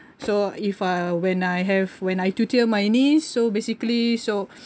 so if uh when I have when I tutor niece so basically so